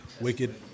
Wicked